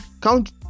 Count